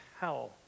hell